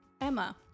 Emma